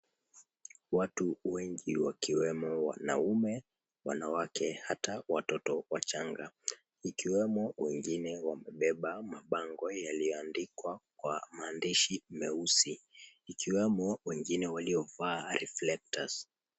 Watu wengi wakiwemo wanaume, wanawake hata watoto wachanga ikiwemo wengine wamebeba mabango yaliyoandikwa kwa maandishi meusi ikiwemo wengine waliovaa reflectors .